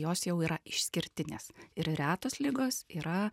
jos jau yra išskirtinės ir retos ligos yra